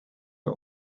her